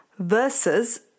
Versus